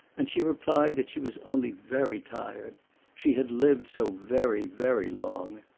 and she replied that she was only very tired she had lived so very, very long.